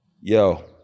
Yo